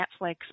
Netflix